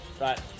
Right